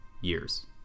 years